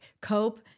cope